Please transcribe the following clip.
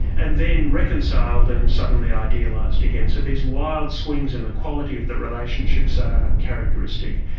and then reconciled and suddenly idealised again. so these wild swings in the quality of the relationships are characteristic.